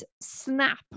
snap